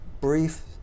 brief